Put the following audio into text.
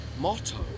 motto